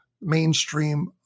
mainstream